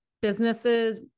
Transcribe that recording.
businesses